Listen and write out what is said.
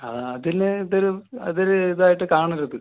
ആ അതിന് ഇതൊരു അതൊര് ഇതായിട്ട് കാണരുത്